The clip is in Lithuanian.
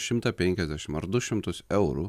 šimtą penkiasdešimt ar du šimtus eurų